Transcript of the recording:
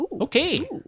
okay